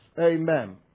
Amen